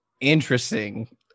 interesting